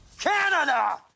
Canada